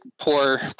poor